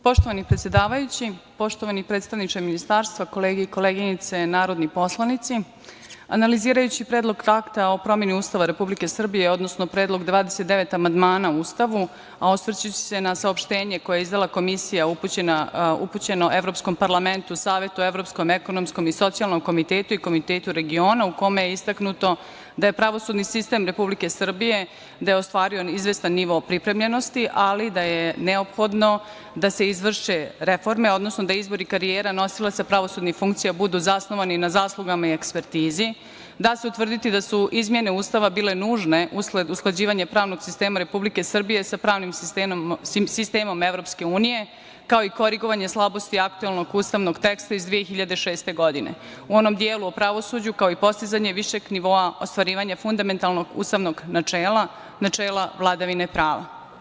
Poštovani predsedavajući, poštovani predstavniče Ministarstva, kolege i koleginice narodni poslanici, analizirajući predlog akta o promeni Ustava Republike Srbije, odnosno predlog 29 amandmana u Ustavu, a osvrćući se na saopštenje koje je izdala Komisija, a upućeno je Evropskom parlamentu, Savetu evropskom, ekonomskom i socijalnom komitetu i Komitetu regiona u kome je istaknuto da je pravosudni sistem Republike Srbije da je ostvario izvestan nivo pripremljenosti, ali da je neophodno da se izvrše reforme, odnosno da izbori karijera nosilaca pravosudnih funkcija budu zasnovani na zaslugama i ekspertizi, da se utvrditi da su izmene Ustava bile nužne usled usklađivanja pravnog sistema Republike Srbije sa pravnim sistemom Evropske unije, kao i korigovanje slabosti aktuelnog ustavnog teksta iz 2006. godine u onom delu o pravosuđu, kao i postizanje višeg nivoa ostvarivanja fundamentalnog ustavnog načela, načela vladavine prava.